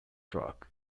drug